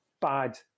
bad